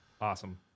Awesome